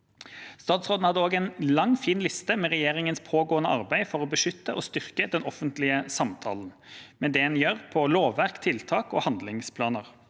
Statsråden hadde også en lang, fin liste med regjeringens pågående arbeid for å beskytte og styrke den offentlige samtalen med det en gjør på lovverk, tiltak og handlingsplaner.